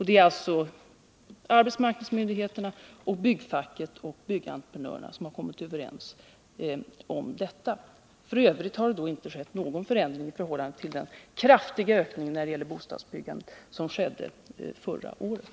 Det är alltså arbetsmarknadsmyndigheterna, byggfacket och arbetsgivarorganisationen som har kommit överens om detta. F. ö. har det inte skett någon förändring i förhållande till den kraftiga ökning av bostadsbyggandet som skedde förra året.